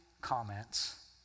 comments